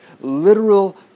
literal